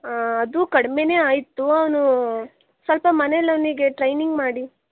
ಅದು ಕಡಿಮೇನೆ ಆಯಿತು ಅವನೂ ಸ್ವಲ್ಪ ಮನೆಯಲ್ಲಿ ಅವನಿಗೆ ಟ್ರೈನಿಂಗ್ ಮಾಡಿ